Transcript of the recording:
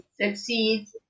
succeeds